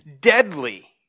deadly